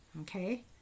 Okay